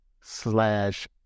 slash